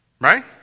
right